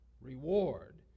reward